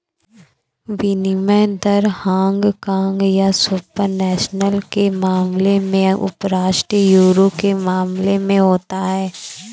विनिमय दर हांगकांग या सुपर नेशनल के मामले में उपराष्ट्रीय यूरो के मामले में होता है